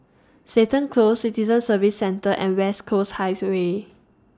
Seton Close Citizen Services Centre and West Coast highs Way